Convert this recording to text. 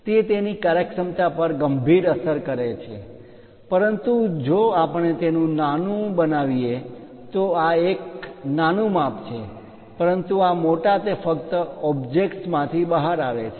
તે તેની કાર્યક્ષમતા પર ગંભીર અસર કરે છે પરંતુ જો આપણે તેને નાનું બનાવીએ તો આ એક નાનું માપ છે પરંતુ આ મોટા તે ફક્ત તે ઓબ્જેક્ટ માંથી બહાર આવે છે